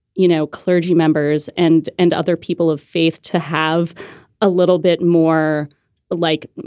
you know, clergy members and and other people of faith to have a little bit more like,